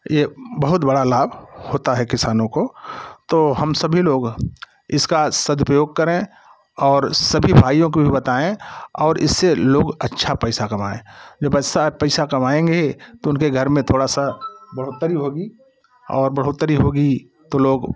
ये बहुत बड़ा लाभ होता है किसानों को तो हम सभी लोग इसका सदुपयोग करें और सभी भाइयों को भी बताएँ इससे लोग अच्छा पैसा कमाएँ जब अच्छा पैसा कमाएँगे तो उनके घर में थोड़ा सा बढ़ोतरी होगी और बढ़ोतरी होगी तो लोग